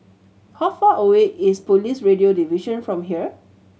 how far away is Police Radio Division from here